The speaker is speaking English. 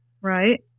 Right